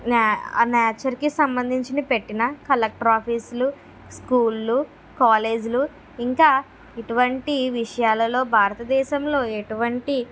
నే న్యాచర్ కి సంబంధించిన పెట్టిన కలెక్టర్ ఆఫీస్లు స్కూళ్ళు కాలేజ్లు ఇంకా ఇటువంటి విషయాలలో భారతదేశంలో ఎటువంటి